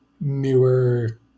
newer